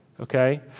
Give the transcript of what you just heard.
Okay